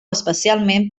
especialment